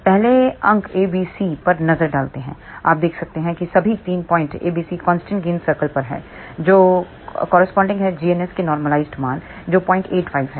पहले अंक ABC पर नजर डालते हैं आप देख सकते हैं कि सभी 3 point ABC constant gain circle पर हैं जो संगति है gns के नॉर्मलाइज्ड मान जो 085 है